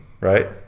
right